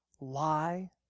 lie